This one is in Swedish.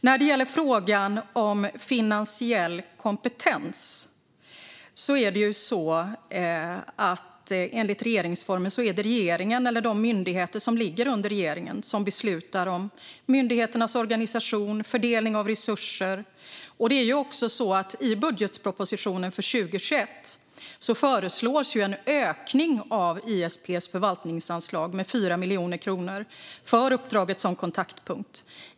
När det gäller frågan om finansiell kompetens är det så här: Enligt regeringsformen är det regeringen eller de myndigheter som ligger under regeringen som beslutar om myndigheternas organisation och fördelning av resurser. Det är också så att det i budgetpropositionen för 2021 föreslås en ökning av ISP:s förvaltningsanslag med 4 miljoner kronor för uppdraget som kontaktpunkt.